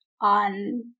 on